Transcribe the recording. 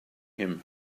him